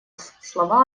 слова